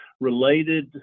related